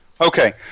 Okay